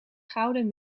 gouden